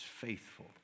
faithful